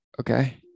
Okay